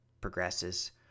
progresses